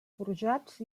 forjats